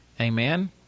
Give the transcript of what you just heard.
Amen